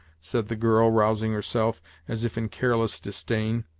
said the girl, rousing herself as if in careless disdain.